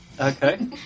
Okay